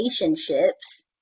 relationships